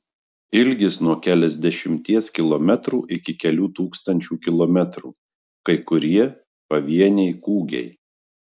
ilgis nuo keliasdešimties kilometrų iki kelių tūkstančių kilometrų kai kurie pavieniai kūgiai